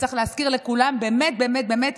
וצריך להזכיר לכולם מהי באמת באמת באמת